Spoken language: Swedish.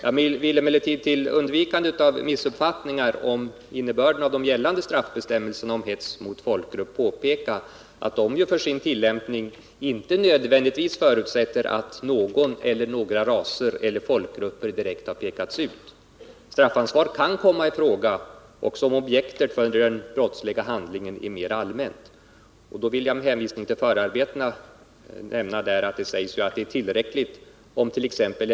Jag vill emellertid till undvikande av missuppfattningar om innebörden av de gällande straffbestämmelserna om hets mot folkgrupp påpeka att de för sin tillämpning inte nödvändigtvis förutsätter att någon eller några raser eller folkgrupper direkt pekas ut. Straffansvar kan komma i fråga också om objektet för den brottsliga handlingen är mera allmänt. Jag vill nämna att det i förarbetena sägs att det är tillräckligt omt.ex.